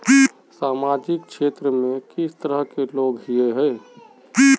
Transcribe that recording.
सामाजिक क्षेत्र में किस तरह के लोग हिये है?